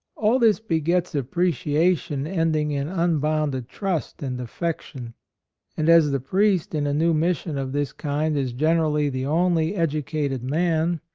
all this begets appreciation end ing in unbounded trust and affection and as the priest in a new mission of this kind is generally the only educated man,